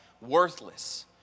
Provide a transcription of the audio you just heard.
worthless